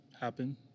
happen